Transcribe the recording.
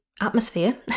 atmosphere